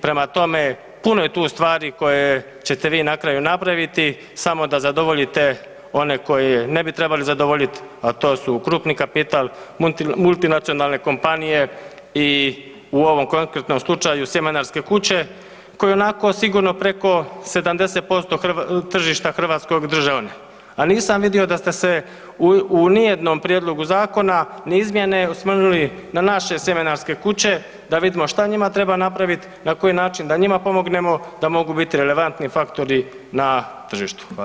Prema tome, puno je tu stvari koje ćete vi na kraju napraviti samo da zadovoljite one koje ne bi trebali zadovoljit, a to su krupni kapital, multinacionalne kompanije i u ovom konkretnom slučaju sjemenarske kuće koje ionako sigurno preko 70% tržišta hrvatskog državne, a nisam vidio da ste se u nijednom prijedlogu zakona ni izmjene, osvrnuli na naše sjemenarske kuće da vidimo šta njima treba napraviti, na koji način da njima pomognemo da mogu biti relevantni faktori na tržištu.